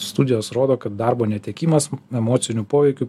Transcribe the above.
studijos rodo kad darbo netekimas emociniu poveikiu